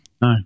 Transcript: No